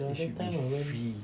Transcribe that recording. they should be free